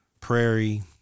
prairie